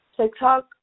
TikTok